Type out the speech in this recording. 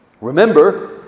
Remember